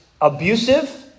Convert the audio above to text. abusive